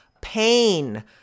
pain